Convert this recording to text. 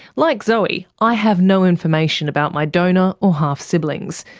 like zoe, i have no information about my donor or half siblings,